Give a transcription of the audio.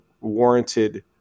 warranted